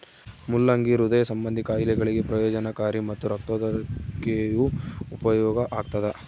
ಮುಲ್ಲಂಗಿ ಹೃದಯ ಸಂಭಂದಿ ಖಾಯಿಲೆಗಳಿಗೆ ಪ್ರಯೋಜನಕಾರಿ ಮತ್ತು ರಕ್ತದೊತ್ತಡಕ್ಕೆಯೂ ಉಪಯೋಗ ಆಗ್ತಾದ